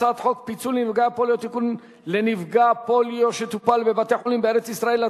הצעת החוק התקבלה בקריאה ראשונה ותועבר